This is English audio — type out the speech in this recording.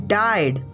died